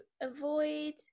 avoid